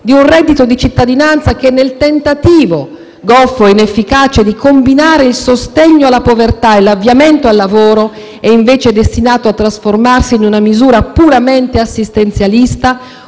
di un reddito di cittadinanza che, nel tentativo goffo e inefficace di combinare il sostegno alla povertà e l'avviamento al lavoro, è invece destinato a trasformarsi in una misura puramente assistenzialista,